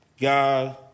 God